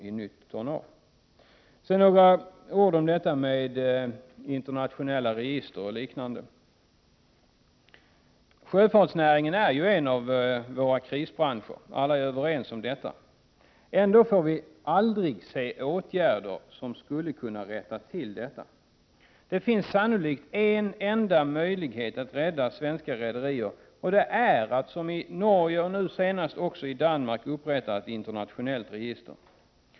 Jag vill sedan säga några ord om internationella register och liknande. Alla är överens om att sjöfartsnäringen är en av våra krisbranscher. Ändå får vi aldrig se åtgärder som skulle kunna rätta till detta. Det finns sannolikt en enda möjlighet att rädda svenska rederier, nämligen att som i Norge och nu senast också i Danmark inrätta ett internationellt register.